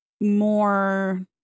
more